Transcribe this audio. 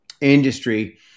industry